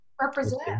represent